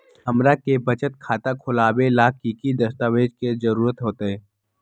हमरा के बचत खाता खोलबाबे ला की की दस्तावेज के जरूरत होतई?